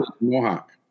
Mohawk